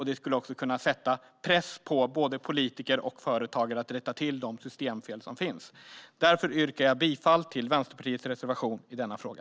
Det skulle också kunna sätta press på både politiker och företag att rätta till de systemfel som finns. Därför yrkar jag bifall till Vänsterpartiets reservation i denna fråga.